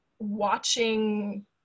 Watching